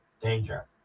danger